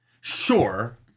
Sure